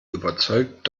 überzeugt